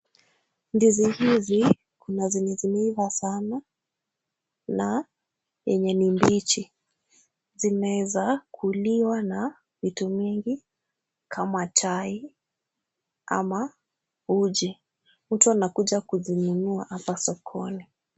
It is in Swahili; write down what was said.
Ndizi hizi kuna zenye zimeiva sana na yenye ni mbichi. Zinaweza kuliwa na vitu mingi kama chai ama uji. Mtu anakuja kuzinunua hapa sokoni.